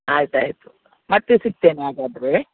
ಆಯ್ತು ಆಯಿತು ಮತ್ತೆ ಸಿಗ್ತೇನೆ ಹಾಗಾದ್ರೆ